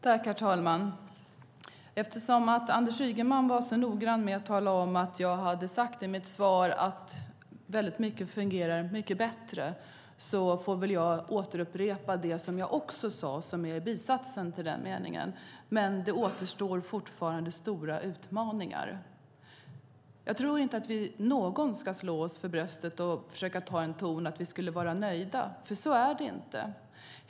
Herr talman! Eftersom Anders Ygeman var så noga med att tala om att jag i mitt svar sade att mycket fungerar bättre får jag upprepa det jag också sade, nämligen att det fortfarande återstår stora utmaningar. Jag tror inte att någon av oss ska slå sig för bröstet och säga att vi är nöjda, för så är det inte.